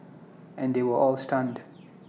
and they were all stunned